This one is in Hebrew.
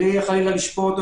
בלי חלילה לשפוט,